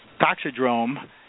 Toxidrome